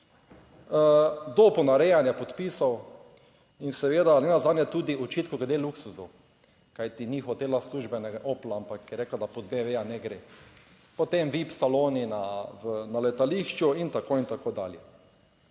do ponarejanja podpisov in seveda nenazadnje tudi očitkov glede luksuzu, kajti ni hotela službenega opla, ampak je rekla, da pod BMW ne gre. Potem vip saloni na letališču in tako in tako dalje.